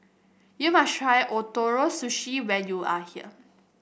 you must try Ootoro Sushi when you are here